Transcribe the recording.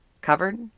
covered